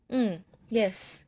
mm yes